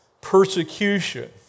persecution